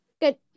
Good